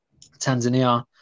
Tanzania